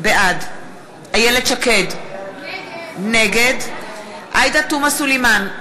בעד איילת שקד, נגד עאידה תומא סלימאן,